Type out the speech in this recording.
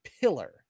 pillar